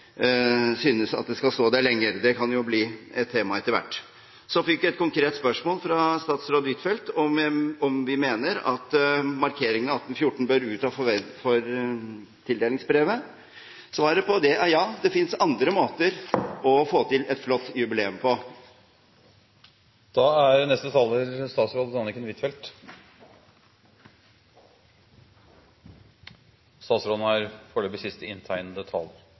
synes det skal stå der lenger. Det kan jo bli et tema etter hvert. Så fikk jeg et konkret spørsmål fra statsråd Huitfeldt, om vi mener at markeringen av 1814 bør ut av tildelingsbrevet. Svaret på det er ja. Det finnes andre måter å få til et flott jubileum på.